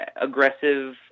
aggressive